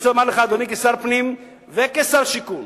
אני רוצה לומר לך, אדוני, כשר פנים וכשר שיכון